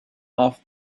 off